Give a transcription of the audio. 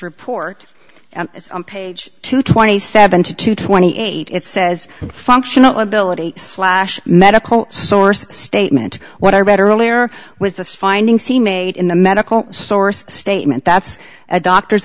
report on page two twenty seven to two twenty eight it says functional ability slash medical source statement what i read earlier was this finding c made in the medical source statement that's a doctor's